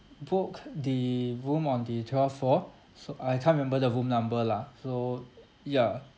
book the room on the twelfth floor so I can't remember the room number lah so ya